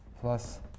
plus